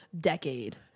decade